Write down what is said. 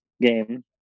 game